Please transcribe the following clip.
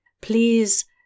Please